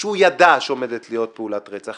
שהוא ידע שעומדת להיות פעולת רצח.